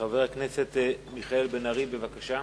חבר הכנסת מיכאל בן-ארי, בבקשה.